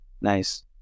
Nice